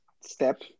step